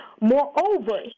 Moreover